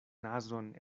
nazon